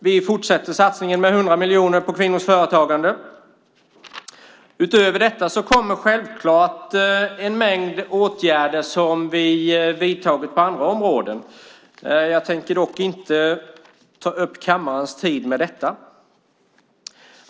Vi fortsätter satsningen med 100 miljoner på kvinnors företagande. Utöver detta kommer självklart en mängd åtgärder som vi vidtagit på andra områden. Jag tänker dock inte ta upp kammarens tid med detta.